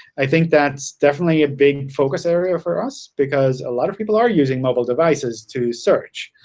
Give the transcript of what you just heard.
i think that's definitely a big focus area for us, because a lot of people are using mobile devices to search.